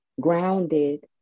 grounded